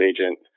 agent